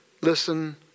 listen